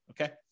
Okay